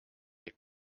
veel